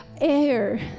air